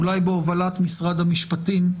אולי בהובלת משרד המשפטים,